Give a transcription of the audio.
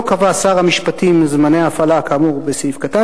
עוד כתוב: "לא קבע שר המשפטים זמני הפעלה כאמור בסעיף קטן